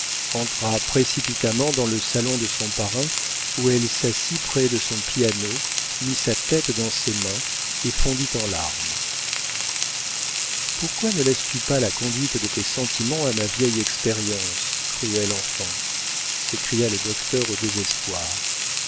entra précipitamment dans le salon de son parrain où elle s'assit près de son piano mit sa tête dans ses mains et fondit en larmes pourquoi ne laisses-tu pas la conduite de tes sentiments à ma vieille expérience cruelle enfant s'écria le docteur au désespoir